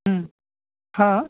हाँ